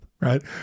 right